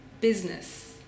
Business